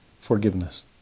forgiveness